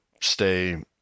stay